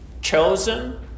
chosen